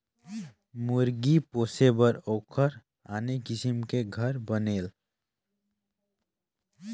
मुरगी पोसे बर ओखर आने किसम के घर बनेल